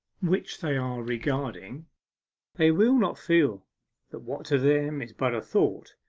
which they are regarding they will not feel that what to them is but a thought,